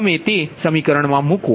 ત્મે તે સમીકરણમાંમૂકો